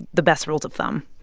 the best rules of thumb?